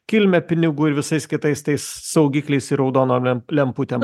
kilmę pinigų ir visais kitais tais saugikliais ir raudonom lemputėm